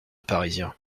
parisiens